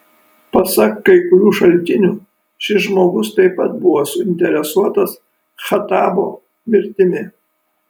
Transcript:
pasak kai kurių šaltinių šis žmogus taip pat buvo suinteresuotas khattabo mirtimi